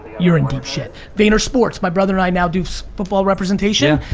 you're in deep shit. vayner sports, my brother and i now do football representation,